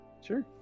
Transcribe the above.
Sure